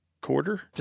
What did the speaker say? quarter